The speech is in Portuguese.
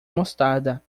mostarda